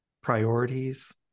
priorities